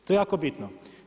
To je jako bitno.